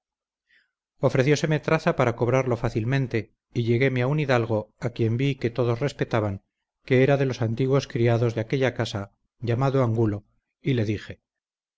lo mostró ofrecióseme traza para cobrarlo fácilmente y lleguéme a un hidalgo a quien vi que todos respetaban que era de los antiguos criados de aquella casa llamado angulo y le dije